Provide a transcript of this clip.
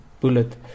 bullet